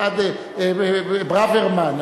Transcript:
ברוורמן.